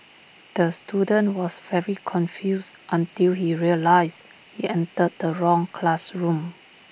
the student was very confused until he realised he entered the wrong classroom